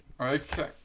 Okay